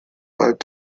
five